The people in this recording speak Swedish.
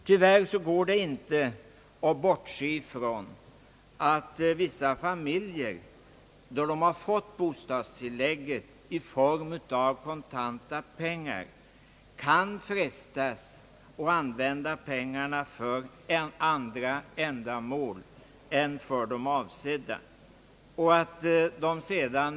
Tyvärr kan man inte bortse från att vissa familjer utsätts för en frestelse att använda pengarna till andra ändamål än det avsedda, då de fått bostadstillägget i kontanta pengar.